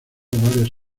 varias